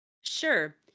Sure